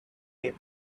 wept